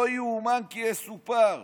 לא יאומן כי יסופר.